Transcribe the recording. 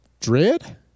dread